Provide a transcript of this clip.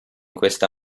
questa